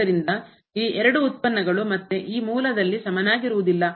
ಆದ್ದರಿಂದ ಈ ಎರಡು ಉತ್ಪನ್ನಗಳು ಮತ್ತೆ ಈ ಮೂಲದಲ್ಲಿ ಸಮನಾಗಿರುವುದಿಲ್ಲ